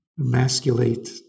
emasculate